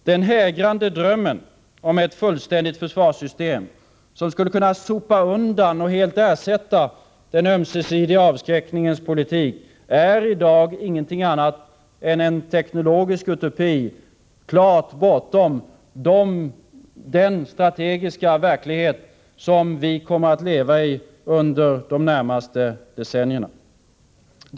Den hägrande drömmen om ett fullständigt försvarssystem som skulle kunna sopa undan och helt ersätta den ömsesidiga avskräckningens politik är i dag ingenting annat än en teknologisk utopi som ligger bortom den strategiska verklighet som vi kommer att leva i under de närmaste decennierna.